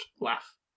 laugh